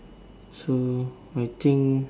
so I think